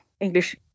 English